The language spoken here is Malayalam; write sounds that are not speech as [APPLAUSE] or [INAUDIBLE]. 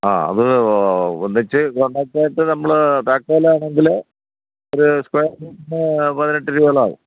ആ അത് ഒന്നിച്ച് കൊണ്ടാക്റ്റായിട്ട് നമ്മൾ [UNINTELLIGIBLE] ആണെങ്കിൽ ഒരു സ്ക്വയർ ഫീറ്റിന് പതിനെട്ട് രൂപയോളം ആവും